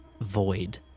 void